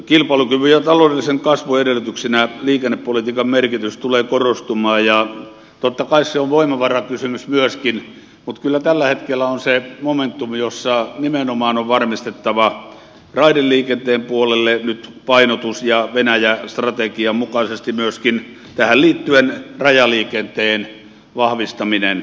kilpailukyvyn ja taloudellisen kasvun edellytyksenä liikennepolitiikan merkitys tulee korostumaan ja totta kai se on voimavarakysymys myöskin mutta kyllä tällä hetkellä on se momentum jossa nimenomaan on varmistettava raideliikenteen puolelle nyt painotus ja venäjä strategian mukaisesti myöskin tähän liittyen rajaliikenteen vahvistaminen